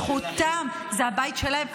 זכותם, זה הבית שלהם.